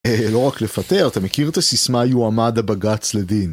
לא רק לפטר, אתה מכיר את הסיסמה יועמד הבגץ לדין?